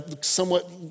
somewhat